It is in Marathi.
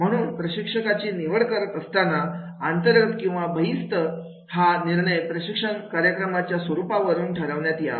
म्हणून प्रशिक्षकाची निवड करत असताना अंतर्गत किंवा बहिस्त हा निर्णय प्रशिक्षण कार्यक्रमाच्या स्वरूपावरून ठरविण्यात यावा